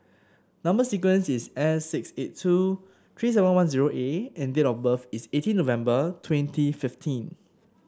number sequence is S six eight two three seven one zero A and date of birth is eighteen November twenty fifteen